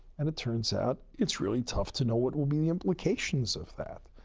and it turns out it's really tough to know what will be the implications of that.